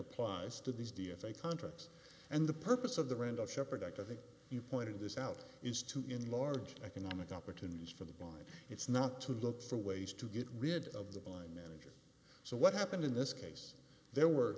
applies to these d f a contracts and the purpose of the rental shepherd i think you pointed this out is to enlarge economic opportunities for the blind it's not to look for ways to get rid of the blind manager so what happened in this case there were